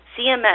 CMS